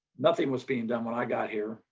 nothing was being done when i got here.